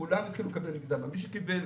מי שקיבל